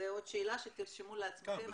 זו עוד שאלה שתרשמו לעצמכם.